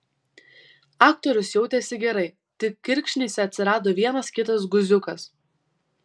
aktorius jautėsi gerai tik kirkšnyse atsirado vienas kitas guziukas